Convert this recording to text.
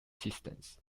systems